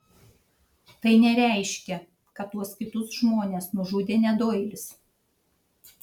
tai nereiškia kad tuos kitus žmones nužudė ne doilis